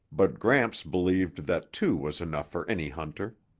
but gramps believed that two was enough for any hunter.